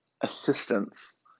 assistance